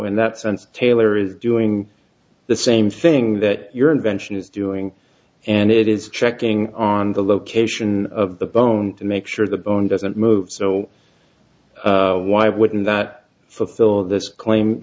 in that sense taylor is doing the same thing that your invention is doing and it is checking on the location of the bone to make sure the bone doesn't move so why wouldn't that fulfill this claim